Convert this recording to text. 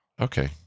Okay